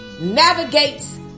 navigates